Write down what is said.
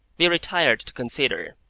we retired to consider,